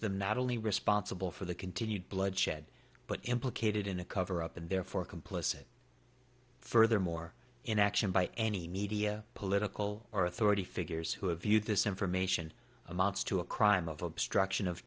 s them not only responsible for the continued bloodshed but implicated in a cover up and therefore complicit furthermore in action by any media political or authority figures who have viewed this information amounts to a crime of obstruction of